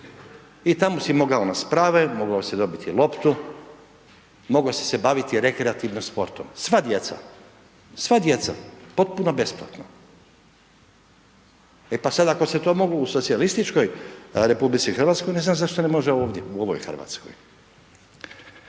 i tamo si mogao na sprave, mogao si dobiti loptu, mogao si se baviti rekreativno sportom, sva djeca, sva djeca potpuno besplatno. E pa sad ako se to moglo u Socijalističkoj Republici Hrvatskoj, ne znam zašto ne može ovdje u ovoj Hrvatskoj.